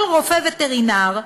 כל רופא וטרינר,